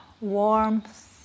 warmth